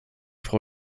frau